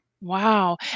wow